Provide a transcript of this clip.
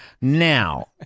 Now